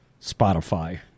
Spotify